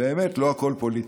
ובאמת לא הכול פוליטיקה.